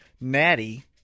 Natty